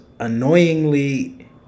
annoyingly